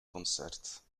concert